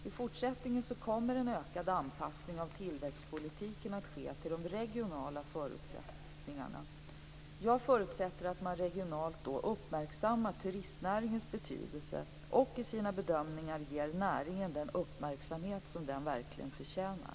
I fortsättningen kommer en ökad anpassning av tillväxtpolitiken att ske till de regionala förutsättningarna. Jag förutsätter att man regionalt då uppmärksammar turistnäringens betydelse och i sina bedömningar ger näringen den uppmärksamhet som den verkligen förtjänar.